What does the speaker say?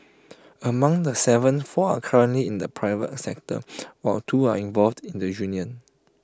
among the Seven four are currently in the private sector while two are involved in the union